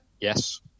Yes